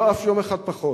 לא אף יום אחד פחות,